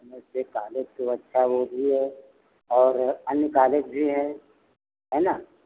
हमारी समझ से कॉलेज तो अच्छा वो भी है और अन्य कॉलेज भी है है ना